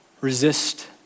resist